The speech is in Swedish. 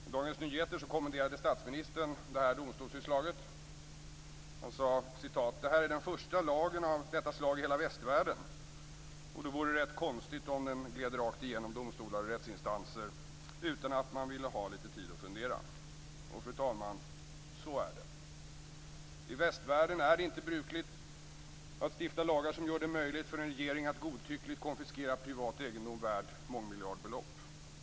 I Dagens Nyheter kommenterade statsministern domstolsutslaget och sade: "Det här är den första lagen av detta slag i hela västvärlden och det vore rätt konstigt om den gled rakt igenom domstolar och rättsinstanser, utan att man ville ha lite tid att fundera." Och så är det! I västvärlden är det inte brukligt att stifta lagar som gör det möjligt för en regering att godtyckligt konfiskera privat egendom värd mångmiljardbelopp.